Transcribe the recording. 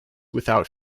without